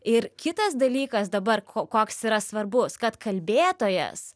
ir kitas dalykas dabar koks yra svarbus kad kalbėtojas